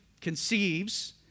conceives